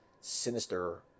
sinister